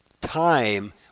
time